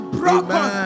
broken